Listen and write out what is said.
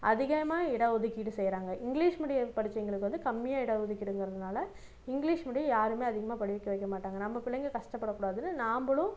அதிகமாக இட ஒதுக்கீடு செய்கிறாங்க இங்கிலீஷ் மீடியம் படித்தவிங்களுக்கு வந்து கம்மியாக இட ஒதுக்கீடுங்கிறதுனால இங்கிலீஷ் மீடியம் யாருமே அதிகமாக படிக்க வைக்க மாட்டாங்க நம்ம பிள்ளைங்க கஷ்டப்படக்கூடாதுன்னு நாம்பளும்